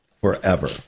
forever